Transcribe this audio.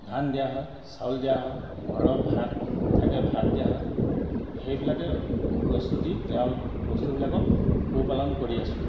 ধান দিয়া হয় চাউল দিয়া হয় ঘৰৰ ভাত থাকে ভাত দিয়া হয় সেইবিলাকে বস্তু দি তেওঁ বস্তুবিলাকক পোহপালন কৰি আছো